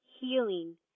healing